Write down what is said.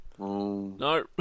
No